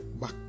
back